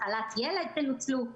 מחלת ילד שהם ניצלו.